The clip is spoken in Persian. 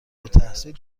التحصیل